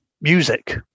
music